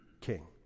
king